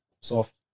soft